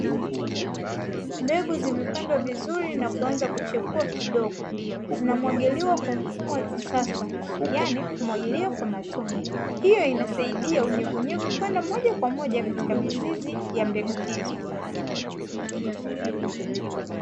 Mbegu zimepandwa vizuri na kuanza kuchepua kidogo, zinamwagiliwa kwa mfumo wa kisasa, yaani kumwagilia kwa matone, hiyo inasaidia unyevuunyevu kwenda moja kwa moja kwenye mizizi ya mbegu hizo.